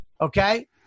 okay